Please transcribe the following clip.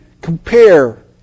compare